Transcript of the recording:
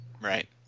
Right